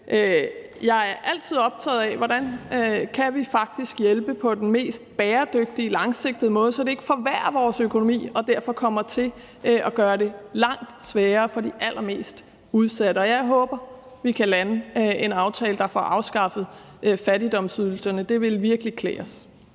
Jeg er altid optaget af, hvordan vi faktisk kan hjælpe på den mest bæredygtige, langsigtede måde, så det ikke forværrer vores økonomi og derfor kommer til at gøre det langt sværere for de allermest udsatte. Og jeg håber, vi kan lande en aftale, der får afskaffet fattigdomsydelserne. Det ville virkelig klæde